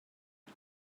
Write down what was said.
què